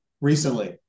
recently